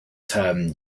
term